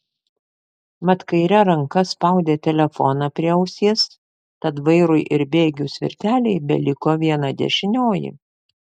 mat kaire ranka spaudė telefoną prie ausies tad vairui ir bėgių svirtelei beliko viena dešinioji